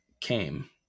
came